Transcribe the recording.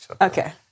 Okay